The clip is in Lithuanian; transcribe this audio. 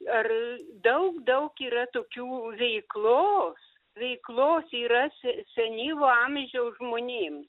ar daug daug yra tokių veiklos veiklos yra senyvo amžiaus žmonėms